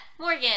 Morgan